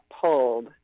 pulled